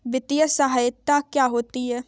वित्तीय सहायता क्या होती है?